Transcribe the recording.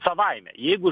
savaime jeigu